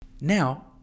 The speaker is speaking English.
Now